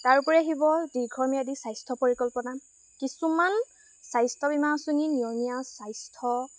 তাৰোপৰি আহিব দীৰ্ঘম্যাদি স্বাস্থ্য পৰিকল্পনা কিছুমান স্বাস্থ্য বীমা আঁচনিয়ে নিয়মীয়া স্বাস্থ্য